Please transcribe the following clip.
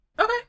Okay